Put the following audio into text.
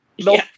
No